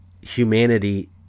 humanity